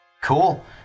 Cool